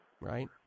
right